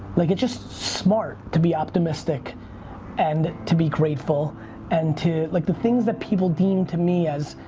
like it's just smart to be optimistic and to be grateful and to, like the things that people deem to me as